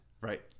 Right